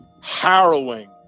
harrowing